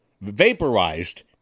vaporized